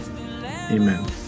Amen